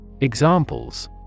Examples